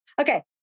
Okay